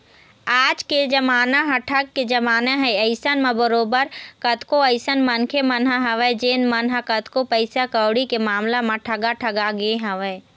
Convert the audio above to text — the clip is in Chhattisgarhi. आज के जमाना ह ठग के जमाना हे अइसन म बरोबर कतको अइसन मनखे मन ह हवय जेन मन ह कतको पइसा कउड़ी के मामला म ठगा ठगा गे हवँय